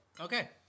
Okay